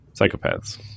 psychopaths